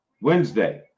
Wednesday